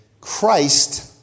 Christ